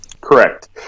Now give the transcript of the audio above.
correct